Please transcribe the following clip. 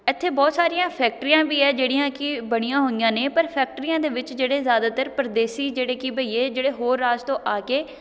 ਇੱਥੇ ਬਹੁਤ ਸਾਰੀਆਂ ਫੈਕਟਰੀਆਂ ਵੀ ਹੈ ਜਿਹੜੀਆਂ ਕਿ ਬਣੀਆਂ ਹੋਈਆਂ ਨੇ ਪਰ ਫੈਕਟਰੀਆਂ ਦੇ ਵਿੱਚ ਜਿਹੜੇ ਜ਼ਿਆਦਾਤਰ ਪਰਦੇਸੀ ਜਿਹੜੇ ਕਿ ਬਈਏ ਜਿਹੜੇ ਹੋਰ ਰਾਜ ਤੋਂ ਆ ਕੇ